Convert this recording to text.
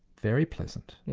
very pleasant? yeah